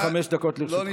עד חמש דקות לרשותך.